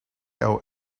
owe